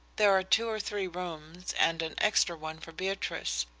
there are two or three rooms, and an extra one for beatrice.